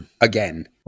again